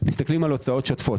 מסתכלים על הוצאות שוטפות.